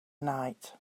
night